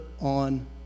on